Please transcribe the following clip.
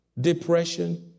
depression